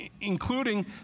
including